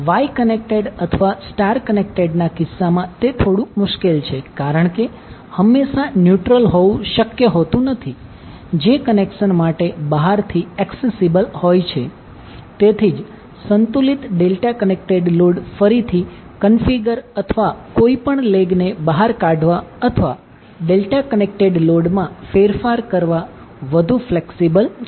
Y connected અથવા star કનેક્ટેડના કિસ્સામાં તે મુશ્કેલ છે કારણ કે હંમેશા ન્યુટ્રલ હોવુ શક્ય હોતું નથી જે કનેક્શન માટે બહારથી એક્સીસીબલ હોય છે તેથી જ સંતુલિત ડેલ્ટા કનેક્ટેડ લોડ ફરીથી ક્ન્ફિગર અથવા કોઈપણ લેગને બહાર કાઢવા અથવા ડેલ્ટા કનેક્ટેડ લોડ માં ફેરફાર કરવા વધુ ફ્લેક્સિબલ છે